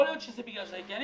יכול להיות שזה בגלל שזה אני,